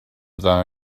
dda